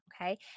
Okay